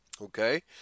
okay